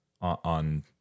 on